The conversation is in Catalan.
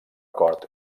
cort